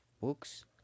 books